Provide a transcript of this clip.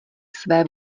své